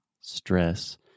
stress